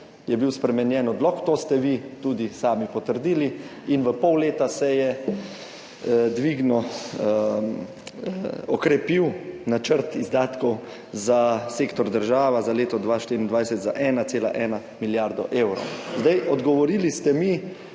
je bil spremenjen odlok, to ste vi tudi sami potrdili in v pol leta se je dvignil, okrepil načrt izdatkov za sektor država za leto 2024, za 1,1 milijardo evrov. Zdaj, odgovorili ste mi,